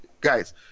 guys